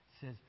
says